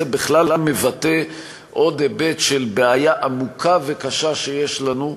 זה בכלל מבטא עוד היבט של בעיה עמוקה וקשה שיש לנו,